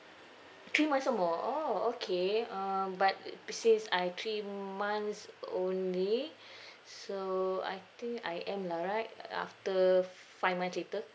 three months some more oh okay um but uh since I three months only so I think I am lah right uh after five months later